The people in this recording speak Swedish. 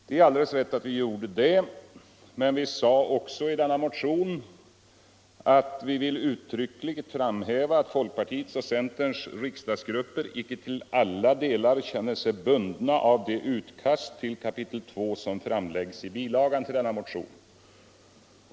Det är alldeles riktigt att vi gjorde det, men vi sade också i motionen följande: ”Vi vill uttryckligt framhäva att folkpartiets och centerns riksdagsgrupper inte till alla delar känner sig bundna av det utkast till kapitel 2 som framläggs i bilagan.” Det är alltså den till motionen fogade bilagan som avses.